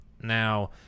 Now